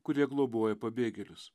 kurie globoja pabėgėlius